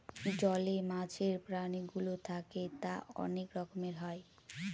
জলে মাছের প্রাণীগুলো থাকে তা অনেক রকমের হয়